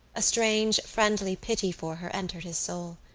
a strange, friendly pity for her entered his soul.